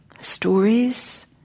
stories